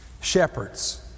Shepherds